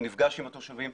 הוא נפגש עם התושבים,